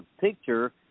picture